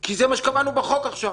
כי זה מה שקבענו בחוק עכשיו.